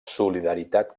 solidaritat